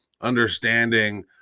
understanding